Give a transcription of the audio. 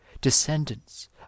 descendants